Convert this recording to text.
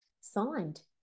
signed